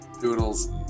Doodles